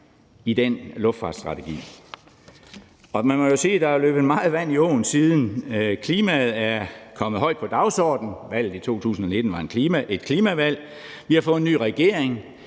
i den luftfartsstrategi, og man må jo sige, at der er løbet meget vand i åen siden. Klimaet er kommet højt på dagsordenen, valget i 2019 var et klimavalg. Vi har fået en ny regering,